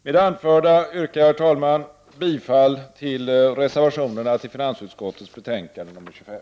Med det anförda yrkar jag, herr talman, bifall till reservationerna till finansutskottets betänkande nr 25.